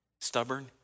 Stubborn